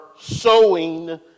sowing